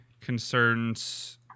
concerns